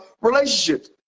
relationships